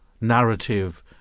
narrative